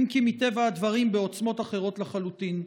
אם כי מטבע הדברים בעוצמות אחרות לחלוטין.